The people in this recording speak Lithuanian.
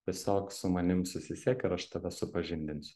tiesiog su manim susisiek ir aš tave supažindinsiu